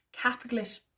capitalist